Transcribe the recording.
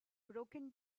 broken